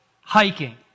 hiking